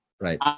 right